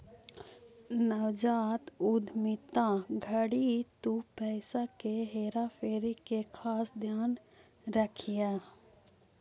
नवजात उद्यमिता घड़ी तु पईसा के हेरा फेरी के खास ध्यान रखीह